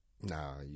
Nah